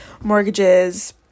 mortgages